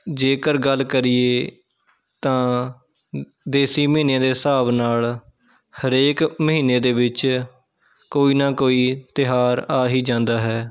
ਜੇਕਰ ਗੱਲ ਕਰੀਏ ਤਾਂ ਦੇਸੀ ਮਹੀਨੇ ਦੇ ਹਿਸਾਬ ਨਾਲ ਹਰੇਕ ਮਹੀਨੇ ਦੇ ਵਿੱਚ ਕੋਈ ਨਾ ਕੋਈ ਤਿਉਹਾਰ ਆ ਹੀ ਜਾਂਦਾ ਹੈ